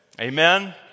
Amen